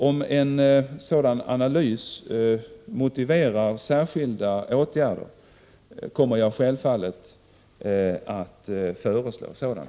Om en sådan analys motiverar särskilda åtgärder kommer jag självfallet att föreslå sådana.